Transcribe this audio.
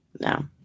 No